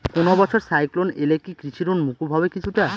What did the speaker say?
কোনো বছর সাইক্লোন এলে কি কৃষি ঋণ মকুব হবে কিছুটা?